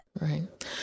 right